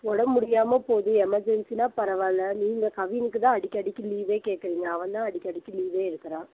உடம்பு முடியாமல் போது எமெர்ஜென்சின்னா பரவாயில்ல நீங்கள் கவினுக்குதான் அடிக்கடிக்கு லீவே கேட்குறிங்க அவன் தான் அடிக்கடிக்கு லீவே எடுக்கிறான்